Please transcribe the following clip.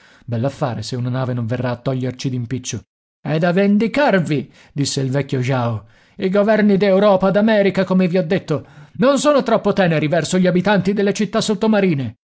bell'affare se una nave non verrà a toglierci d'impiccio ed a vendicarvi disse il vecchio jao i governi d'europa e d'america come vi ho detto non sono troppo teneri verso gli abitanti delle città sottomarine